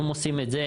הם עושים את זה,